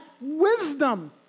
wisdom